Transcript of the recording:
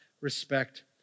respect